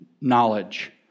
knowledge